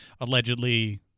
allegedly